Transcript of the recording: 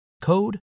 code